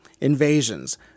invasions